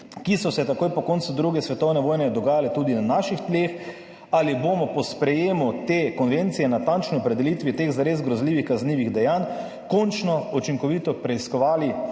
ki so se takoj po koncu 2. svetovne vojne dogajali tudi na naših tleh? Ali bomo po sprejemu te konvencije, natančni opredelitvi teh zares grozljivih kaznivih dejanj končno učinkovito preiskali